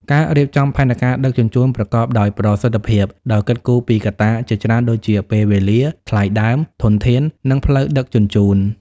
ការរៀបចំផែនការដឹកជញ្ជូនប្រកបដោយប្រសិទ្ធភាព ដោយគិតគូរពីកត្តាជាច្រើនដូចជា ពេលវេលា ថ្លៃដើម ធនធាន និងផ្លូវដឹកជញ្ជូន។